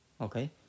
Okay